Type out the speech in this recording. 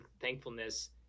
thankfulness